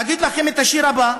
אגיד לכם את השיר הבא,